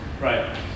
right